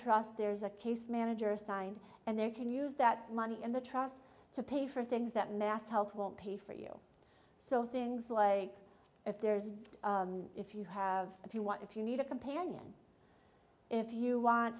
trust there's a case manager assigned and they can use that money in the trust to pay for things that mass health won't pay for you so things like if there's if you have if you want if you need a companion if you want